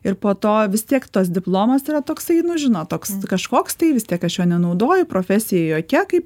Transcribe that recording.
ir po to vis tiek tas diplomas yra toksai nu žinot toks kažkoks tai vis tiek aš jo nenaudoju profesija jokia kaip